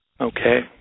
Okay